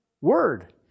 word